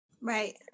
Right